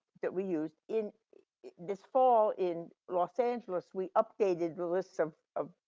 that we use in this fall in los angeles, we updated the list of of